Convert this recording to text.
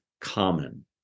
common